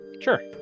Sure